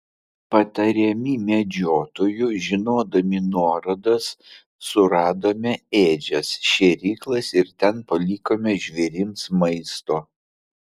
patariami medžiotojų žinodami nuorodas suradome ėdžias šėryklas ir ten palikome žvėrims maisto